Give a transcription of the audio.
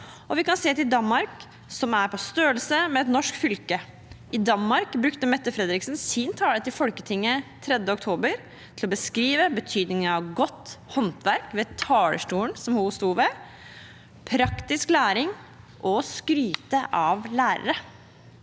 og vi kan se til Danmark, som er på størrelse med et norsk fylke. I Danmark brukte Mette Fredriksen sin tale til Folketinget 3. oktober til å beskrive betydningen av godt håndverk – ved talerstolen som hun sto ved – og praktisk læring, og til å skryte av lærere.